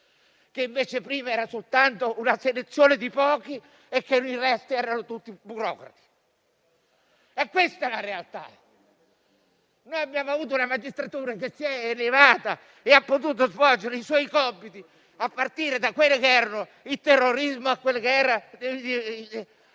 che invece prima era soltanto una selezione di pochi e per il resto erano tutti i burocrati. È questa la realtà. Noi abbiamo avuto una magistratura che si è elevata e ha potuto svolgere i suoi compiti a partire dal terrorismo e da Tangentopoli.